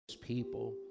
People